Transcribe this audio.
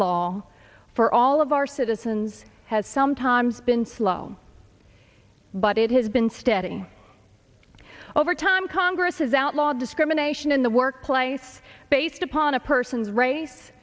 law for all of our citizens has sometimes been slow but it has been steady over time congress has outlawed discrimination in the workplace based upon a person's race